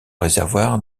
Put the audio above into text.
réservoir